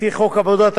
לפי חוק עבודת הנוער.